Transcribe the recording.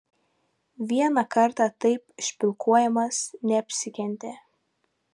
vieną kartą taip špilkuojamas neapsikentė